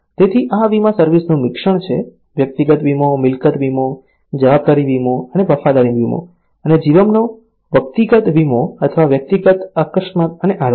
તેથી આ વીમા સર્વિસ નું મિશ્રણ છે વ્યક્તિગત વીમો મિલકત વીમો જવાબદારી વીમો અને વફાદારી વીમો અને જીવનનો વ્યક્તિગત વીમો અથવા વ્યક્તિગત અકસ્માત અને આરોગ્ય